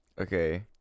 Okay